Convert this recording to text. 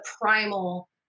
primal